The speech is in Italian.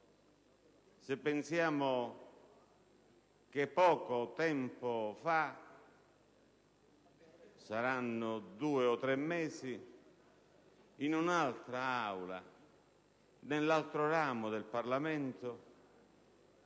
se pensiamo che poco tempo fa - saranno due o tre mesi - in un'altra Aula, nell'altro ramo del Parlamento,